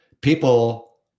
People